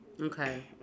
Okay